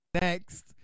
next